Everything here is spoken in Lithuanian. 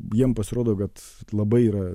jiem pasirodo kad labai yra